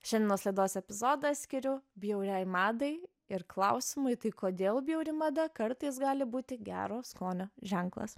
šiandienos laidos epizodą skiriu bjauriai madai ir klausimui tai kodėl bjauri mada kartais gali būti gero skonio ženklas